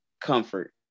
comfort